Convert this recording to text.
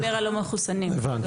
הבנתי.